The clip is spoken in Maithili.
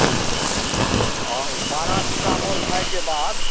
पैरासिटामोल खाएके बाद